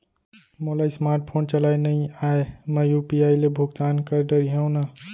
मोला smart phone चलाए नई आए मैं यू.पी.आई ले भुगतान कर डरिहंव न?